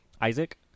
Isaac